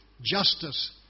justice